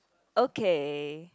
okay